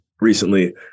recently